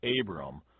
Abram